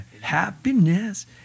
Happiness